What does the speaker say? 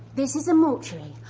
this is the mortuary.